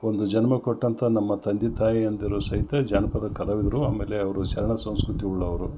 ಒಂದು ಜನ್ಮ ಕೊಟ್ಟಂಥ ನಮ್ಮ ತಂದೆ ತಾಯಿಯಂದಿರು ಸಹಿತ ಜಾನಪದ ಕಲಾವಿದರು ಆಮೇಲೆ ಅವರು ಶರಣ ಸಂಸ್ಕೃತಿ ಉಳ್ಳವರು